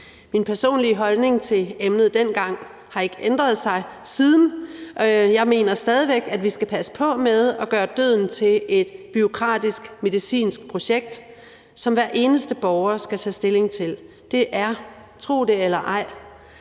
Min personlige holdning til emnet har ikke ændret sig siden dengang. Jeg mener stadig væk, at vi skal passe på med at gøre døden til et bureaukratisk, medicinsk projekt, som hver eneste borger skal tage stilling til. Det er, tro det eller ej,